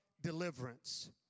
deliverance